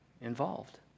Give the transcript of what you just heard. involved